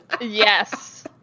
yes